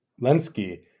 Lenski